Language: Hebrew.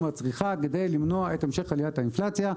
הצריכה כדי למנוע את המשך עליית האינפלציה,